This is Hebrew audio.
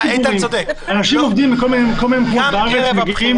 אנשים עובדים בכל מיני מקומות בארץ ומגיעים